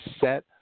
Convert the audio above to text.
set